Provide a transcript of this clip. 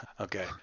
okay